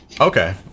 Okay